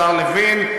השר לוין.